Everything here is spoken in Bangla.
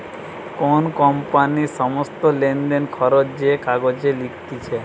কোন কোম্পানির সমস্ত লেনদেন, খরচ যে কাগজে লিখতিছে